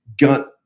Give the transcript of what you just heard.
gut